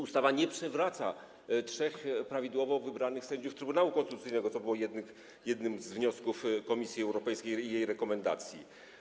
Ustawa nie przywraca trzech prawidłowo wybranych sędziów Trybunału Konstytucyjnego, co było postulowane w jednym z wniosków Komisji Europejskiej i jej rekomendacjach.